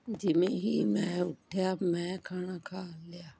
ਜਿਵੇਂ ਹੀ ਮੈਂ ਉੱਠਿਆ ਮੈਂ ਖਾਣਾ ਖਾ ਲਿਆ